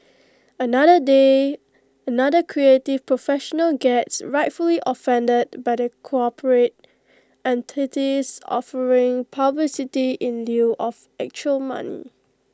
another day another creative professional gets rightfully offended by the corporate entities offering publicity in lieu of actual money